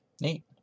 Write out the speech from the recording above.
Neat